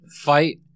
Fight